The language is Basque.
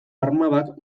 armadak